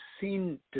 seen